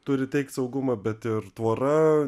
turi teikt saugumą bet ir tvora